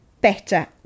better